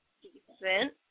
decent